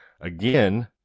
again